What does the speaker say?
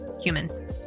human